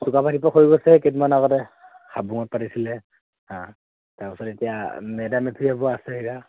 চুকাফা দিৱস হৈ গৈছেহে কেইদিনমান আগতে হাবুঙত পাতিছিলে হা তাৰপিছত এতিয়া মেদামমেফি আছে এতিয়া